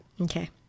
Okay